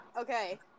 Okay